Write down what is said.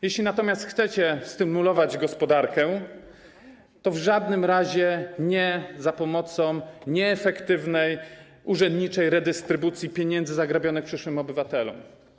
Jeśli natomiast chcecie stymulować gospodarkę, to w żadnym razie nie za pomocą nieefektywnej urzędniczej redystrybucji pieniędzy zagrabionych przyszłym obywatelom.